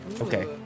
Okay